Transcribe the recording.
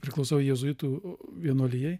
priklausau jėzuitų vienuolijai